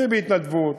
חצי בהתנדבות,